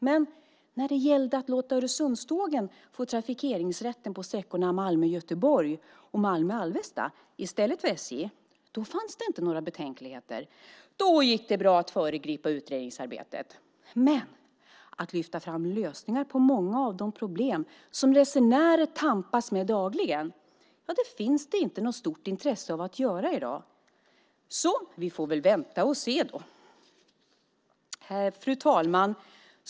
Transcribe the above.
Men när det gällde att låta Öresundstågen i stället för SJ få trafikeringsrätten på sträckorna Malmö-Göteborg och Malmö-Alvesta fanns det inte några betänkligheter. Då gick det bra att föregripa utredningsarbetet. Men att lyfta fram lösningar på många av de problem som resenärer tampas med dagligen finns det inte något stort intresse av att göra i dag. Vi får väl vänta och se då. Fru talman!